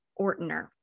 Ortner